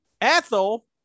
Ethel